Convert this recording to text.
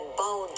bow